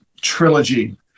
trilogy